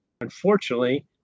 Unfortunately